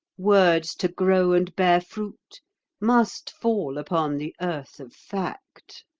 words to grow and bear fruit must fall upon the earth of fact.